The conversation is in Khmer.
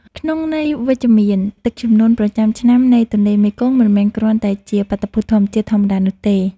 ក្នុងន័យវិជ្ជមាន ទឹកជំនន់ប្រចាំឆ្នាំនៃទន្លេមេគង្គ មិនមែនគ្រាន់តែជាបាតុភូតធម្មជាតិធម្មតានោះទេ។